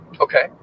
Okay